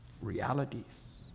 realities